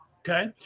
okay